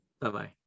Bye-bye